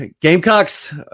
Gamecocks